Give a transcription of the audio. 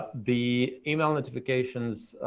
the email notifications,